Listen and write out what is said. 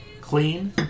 clean